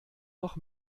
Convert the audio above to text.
noch